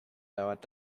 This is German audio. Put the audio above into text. dauert